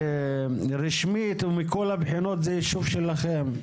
רשמית ומכל הבחינות זה יישוב שלכם.